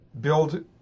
build